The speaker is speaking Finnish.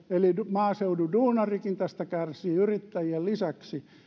eli maaseudun duunarikin tästä kärsii yrittäjien lisäksi tämä